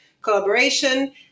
collaboration